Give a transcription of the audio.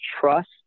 trust